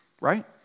right